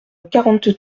quarante